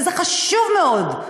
וזה חשוב מאוד,